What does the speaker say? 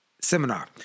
seminar